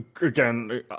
again